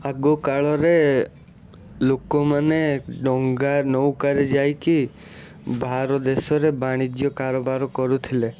ଆଗକାଳରେ ଲୋକମାନେ ଡଙ୍ଗା ନୌକାରେ ଯାଇକି ବାହାର ଦେଶରେ ବାଣିଜ୍ୟ କାରବାର କରୁଥିଲେ